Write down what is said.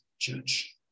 judge